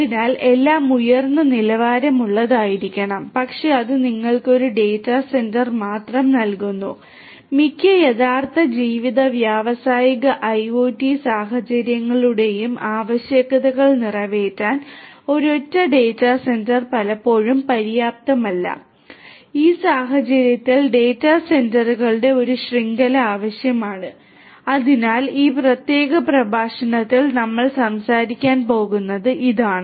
അതിനാൽ എല്ലാം ഉയർന്ന നിലവാരമുള്ളതായിരിക്കണം പക്ഷേ അത് നിങ്ങൾക്ക് ഒരു ഡാറ്റ സെന്റർ മാത്രം നൽകുന്നു മിക്ക യഥാർത്ഥ ജീവിത വ്യാവസായിക ഐഒടി സാഹചര്യങ്ങളുടെയും ആവശ്യകതകൾ നിറവേറ്റാൻ ഒരൊറ്റ ഡാറ്റാ സെന്റർ പലപ്പോഴും പര്യാപ്തമല്ല ഈ സാഹചര്യത്തിൽ ഡാറ്റാ സെന്ററുകളുടെ ഒരു ശൃംഖല ആവശ്യമാണ് അതിനാൽ ഈ പ്രത്യേക പ്രഭാഷണത്തിൽ നമ്മൾ സംസാരിക്കാൻ പോകുന്നത് ഇതാണ്